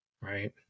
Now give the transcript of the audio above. right